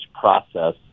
process